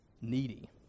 needy